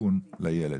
סיכון לילד.